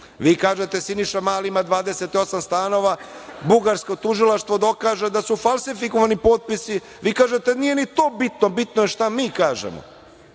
Vi kažete - Siniša Mali ima 28 stanova, bugarsko tužilaštvo dokaže da su falsifikovani potpisi, a vi kažete da nije ni to bitno, bitno je šta mi kažemo. Vi